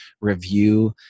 review